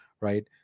right